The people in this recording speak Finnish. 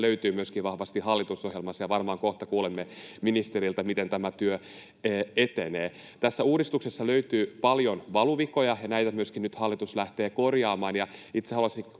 löytyy vahvasti myöskin hallitusohjelmasta, ja varmaan kohta kuulemme ministeriltä, miten tämä työ etenee. Tästä uudistuksesta löytyy paljon valuvikoja, ja näitä myöskin hallitus lähtee nyt korjaamaan.